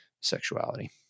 sexuality